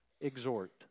exhort